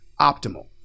optimal